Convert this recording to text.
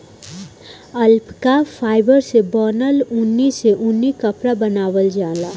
alpaca fibre से बनल ऊन से ऊनी कपड़ा बनावल जाला